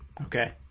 Okay